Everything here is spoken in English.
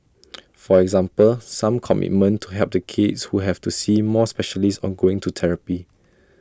for example some commitment to help the kids who have to see more specialists or going to therapy